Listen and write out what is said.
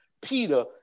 Peter